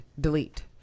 Delete